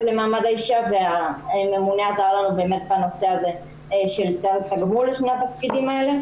למעמד האישה והממונה עזר לנו באמת בנושא הזה של תגמול לשני התפקידים האלה,